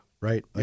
Right